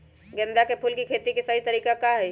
गेंदा के फूल के खेती के सही तरीका का हाई?